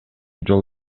жол